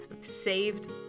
saved